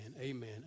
amen